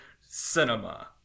cinema